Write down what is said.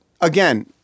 again